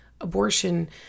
abortion